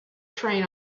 train